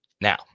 Now